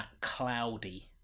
cloudy